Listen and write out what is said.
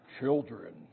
children